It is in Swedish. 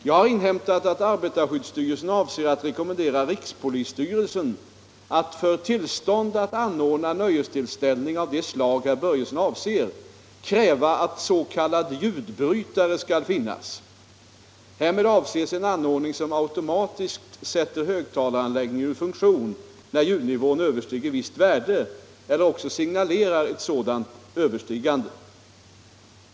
Jag har inhämtat att arbetarskyddsstyrelsen avser att rekommendera rikspolisstyrelsen, att för tillstånd att anordna nöjestillställning av det slag herr Börjesson avser, kräva att s.k. ljudbrytare skall finnas. Härmed avses en anordning som automatiskt sätter högtalaranläggningen ur funktion när ljudnivån överstiger visst värde eller också signalerar ett sådant överstigande.